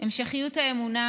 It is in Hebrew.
המשכיות האמונה,